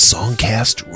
Songcast